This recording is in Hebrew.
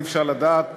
אי-אפשר לדעת,